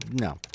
no